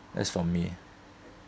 that's for me